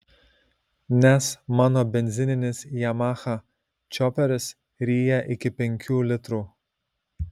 nes mano benzininis yamaha čioperis ryja iki penkių litrų